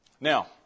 Now